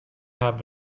have